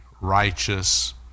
righteous